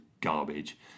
garbage